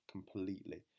completely